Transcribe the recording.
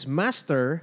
master